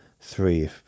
three